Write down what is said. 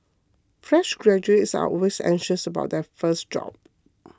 fresh graduates are always anxious about their first job